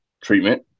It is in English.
treatment